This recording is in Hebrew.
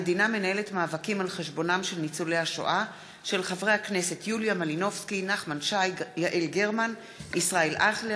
מאת חברי הכנסת איל בן ראובן, יעקב מרגי,